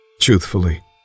Truthfully